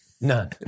None